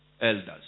Elders